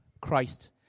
Christ